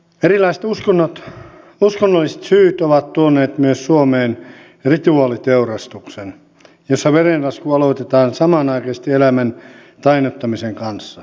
erilaiset uskonnolliset syyt ovat tuoneet myös suomeen rituaaliteurastuksen jossa verenlasku aloitetaan samanaikaisesti eläimen tainnuttamisen kanssa